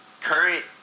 current